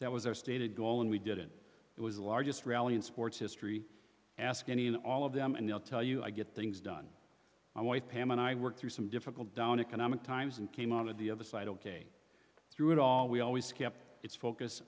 that was their stated goal and we did it it was the largest rally in sports history ask any and all of them and they'll tell you i get things done my wife pam and i worked through some difficult down economic times and came out of the other side ok through it all we always kept its focus